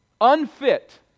Unfit